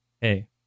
hey